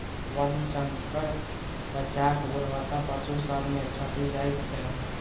वर्णशंकर बच्चाक गुणवत्ता पशु सभ मे घटि जाइत छै